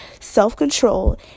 self-control